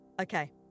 Okay